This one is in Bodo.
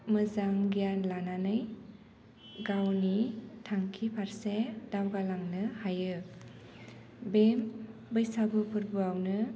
मोजां गियान लानानै गावनि थांखि फारसे दावगालांनो हायो बे बैसागु फोर्बोआवनो